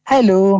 Hello